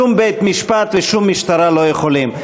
שום בית-משפט ושום משטרה לא יכולים.